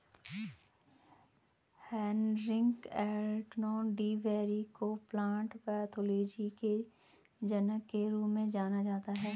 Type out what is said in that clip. Heinrich Anton de Bary को plant pathology के जनक के रूप में जाना जाता है